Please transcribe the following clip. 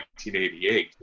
1988